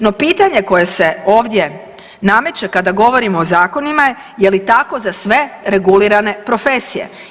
No pitanje koje se ovdje nameće, kada govorimo o zakonima je je li tako za sve regulirane profesije?